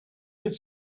could